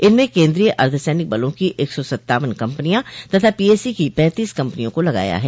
इनमें केन्द्रीय अर्द्ध सैनिक बलों की एक सौ सत्तावन कम्पनियां तथा पीएसी की पैंतीस कम्पनियों को लगाया है